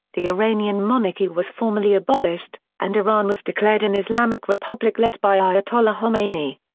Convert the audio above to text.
the iranian monarchy was formally abolished, and iran was declared an islamic republic led by ayatollah khomeini.